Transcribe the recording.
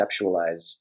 conceptualize